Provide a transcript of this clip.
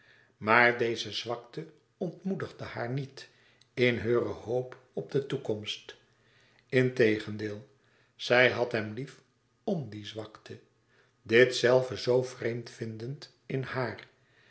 maar deze zwakte ontmoedigde haar niet in heure hoop op de toekomst integendeel zij had hem lief m die zwakte dit zelve zoo vreemd vindend in haar